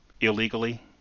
illegally